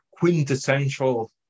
quintessential